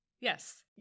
Yes